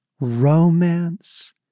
romance